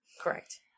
Correct